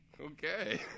Okay